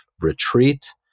retreat